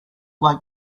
like